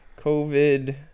COVID